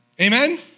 Amen